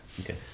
Okay